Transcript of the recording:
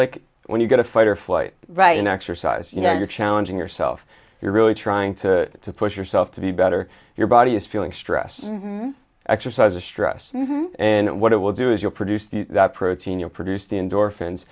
like when you get a fight or flight right in exercise you know you're challenging yourself you're really trying to push yourself to be better your body is feeling stress exercises stress and what it will do is you produce the protein you produce the endorphins